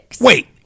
Wait